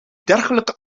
dergelijke